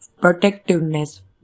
protectiveness